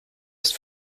ist